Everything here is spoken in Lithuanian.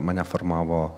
mane formavo